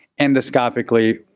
endoscopically